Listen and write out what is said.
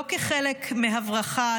לא כחלק מהברחה,